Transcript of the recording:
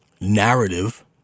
narrative